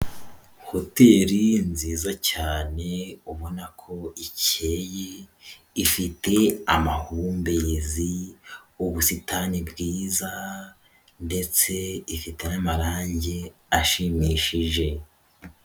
Hoteri nziza cyane ubona ko ikeye, ifite amahumbezi, ubusitani bwiza ndetse ifite n'amarange ashimishije.